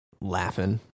laughing